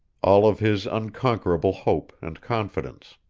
all of his unconquerable hope and confidence.